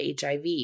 HIV